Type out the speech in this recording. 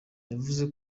yavuze